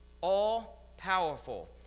all-powerful